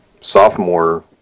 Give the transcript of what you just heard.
sophomore